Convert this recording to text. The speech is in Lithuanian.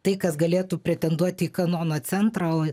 tai kas galėtų pretenduoti į kanono centrą